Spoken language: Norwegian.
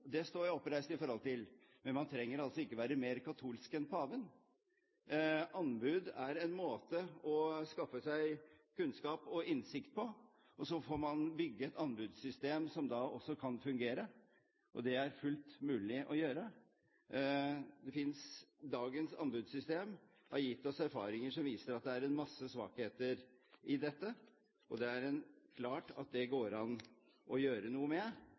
det står jeg oppreist i forhold til. Men man trenger ikke å være mer katolsk enn paven. Anbud er en måte å skaffe seg kunnskap og innsikt på, og så får man bygge et anbudssystem som også kan fungere. Det er det fullt mulig å gjøre. Dagens anbudssystem har gitt oss erfaringer som viser at det er en masse svakheter i dette, og det er klart at det går an å gjøre noe med